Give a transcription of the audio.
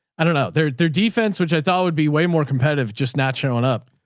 i dunno their, their defense, which i thought would be way more competitive. just not showing up.